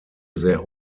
sehr